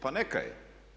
Pa neka je!